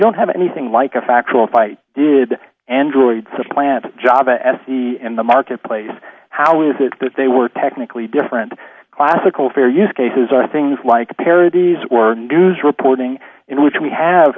don't have anything like a factual fight did android supplant java ethie in the marketplace how is it that they were technically different classical fair use cases are things like parodies or news reporting in which we have